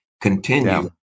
continue